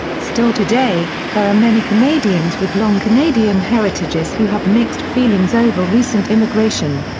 still today, there are many canadians with long canadian heritages who have mixed feelings over recent immigration.